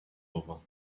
over